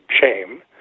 shame